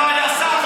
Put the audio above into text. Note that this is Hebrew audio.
ולא היה שר,